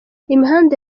imihanda